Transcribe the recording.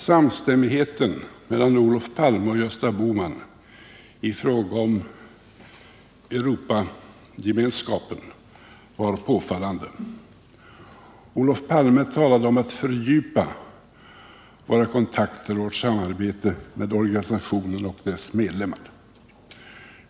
Samstämmigheten mellan Olof Palme och Gösta Bohman i fråga om Europagemenskapen var påfallande. Olof Palme talade om att fördjupa våra kontakter och vårt samarbete med organisationen och dess medlemmar.